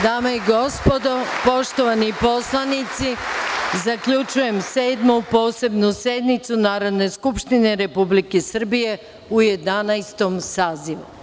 Dame i gospodo narodni poslanici, zaključujem Sedmu posebnu sednicu Narodne skupštine Republike Srbije u Jedanaestom sazivu.